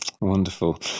Wonderful